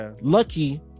Lucky